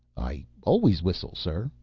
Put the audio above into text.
i always whistle, sir.